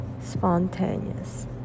spontaneous